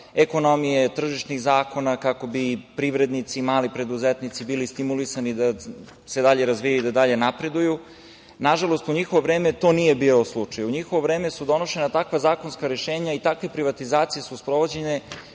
ekonomije, tržišnih zakona, kako bi privrednici i mali preduzetnici bili stimulisani da se dalje razvijaju i da dalje napreduju. Nažalost, u njihovo vreme to nije bio slučaj. U njihovo vreme su donošena takva zakonska rešenja i takve privatizacije su sprovođene